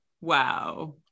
Wow